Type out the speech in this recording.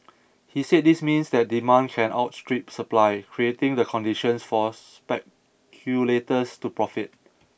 he said this means that demand can outstrip supply creating the conditions for speculators to profit